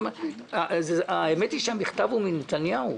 האמת שהמכתב אלי הוא מנתניהו.